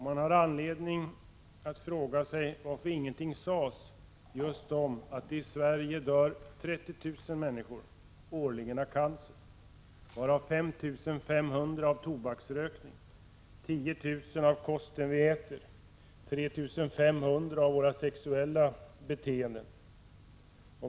Man har anledning att fråga sig varför ingenting sades just då om att det i Sverige dör 30 000 personer årligen av cancer, varav 5 500 av tobaksrökning, 10 000 av kosten de äter, 3 500 på grund av sina sexuella beteenden.